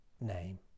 name